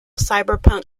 cyberpunk